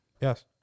Yes